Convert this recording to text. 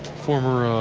former